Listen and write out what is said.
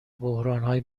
بحرانهای